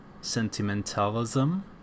sentimentalism